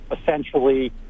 essentially